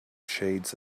shades